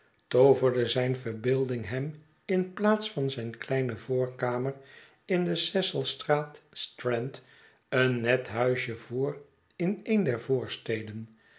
tooverde zijn verbeelding hem in plaats van zijn kleine voorkamer in de cecilstraat strand een net huisje voor in een der voorsteden